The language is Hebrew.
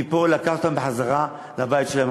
מפה לקחת אותם בחזרה לבית שלהם.